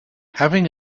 having